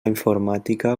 informàtica